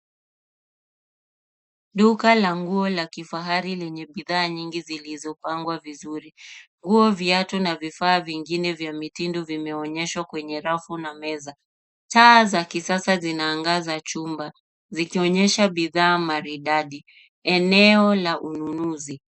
Duka la nguo la kifahari lenye bidhaa nyingi zilizopangwa vizuri. Nguo, viatu na vifaa vingine vya mitindo vimeonyeshwa kwenye rafu na meza. Taa za kisasa zinaangaza chumba zikionyesha bidhaa maridadi. Eneo la ununuzi.